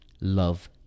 love